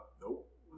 nope